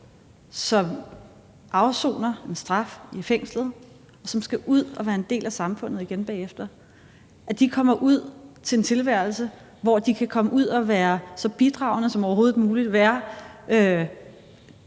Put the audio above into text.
som afsoner en straf i fængslet, og som skal ud og være en del af samfundet igen bagefter, kommer ud til en tilværelse, hvor de kan komme ud og være så bidragende som overhovedet muligt, være de